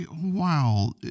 wow